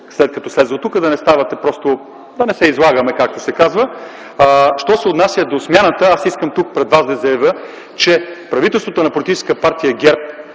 като сляза оттук, за да не се излагаме, както се казва! Що се отнася до смяната. Искам тук пред вас да заявя, че правителството на Политическа партия ГЕРБ